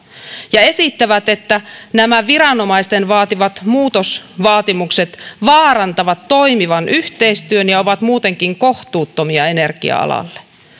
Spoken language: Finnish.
ja esittävät että nämä viranomaisten vaatimat muutosvaatimukset vaarantavat toimivan yhteistyön ja ovat muutenkin kohtuuttomia energia alalle